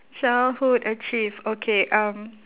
childhood achieve okay um